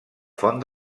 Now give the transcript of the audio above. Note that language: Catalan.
font